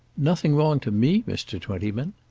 nothing wrong to me, mr. twentyman.